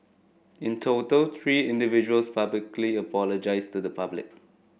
in total three individuals publicly apologised to the public